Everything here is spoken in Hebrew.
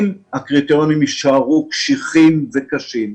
אם הקריטריונים יישארו קשיחים וקשים,